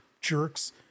jerks